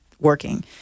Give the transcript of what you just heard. working